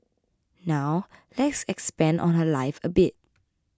now let's expand on her life a bit